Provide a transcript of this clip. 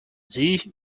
sie